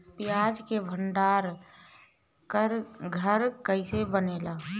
प्याज के भंडार घर कईसे बनेला?